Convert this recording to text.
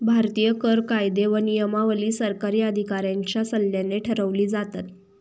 भारतीय कर कायदे व नियमावली सरकारी अधिकाऱ्यांच्या सल्ल्याने ठरवली जातात